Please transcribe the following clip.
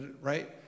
right